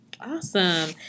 Awesome